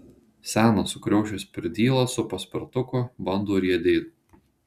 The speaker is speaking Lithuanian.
senas sukriošęs pirdyla su paspirtuku bando riedėt